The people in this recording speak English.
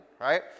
right